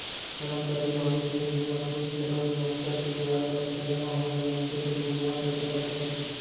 करमचारी भविस्य निधि म खुद के अउ नियोक्ता के दुवारा पइसा जमा होए ले मनसे के दुगुना पइसा बचत होथे